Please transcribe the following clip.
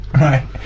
right